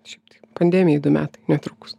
šiaip tai pandemijai du metai netrukus